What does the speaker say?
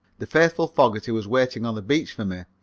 the faithful fogerty was waiting on the beach for me,